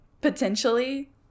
Potentially